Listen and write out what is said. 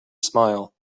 smile